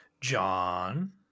John